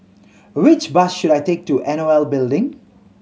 which bus should I take to N O L Building